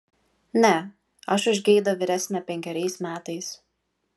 ne aš už geidą vyresnė penkeriais metais